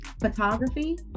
photography